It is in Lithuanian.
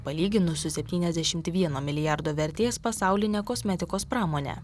palyginus su septyniasdešim vieno milijardo vertės pasauline kosmetikos pramone